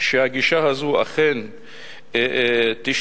שהגישה הזו אכן תשתנה,